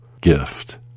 gift